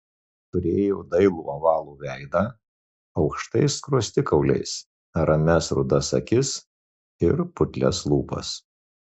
turėjo dailų ovalų veidą aukštais skruostikauliais ramias rudas akis ir putlias lūpas